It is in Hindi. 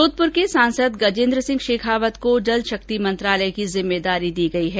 जोधपुर के सांसद गजेंद्र सिंह शेखावत को जल शक्ति मंत्रालय की जिम्मेदारी दी गयी है